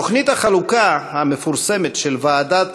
תוכנית החלוקה המפורסמת של ועדת